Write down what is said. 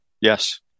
Yes